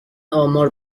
آمار